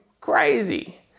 crazy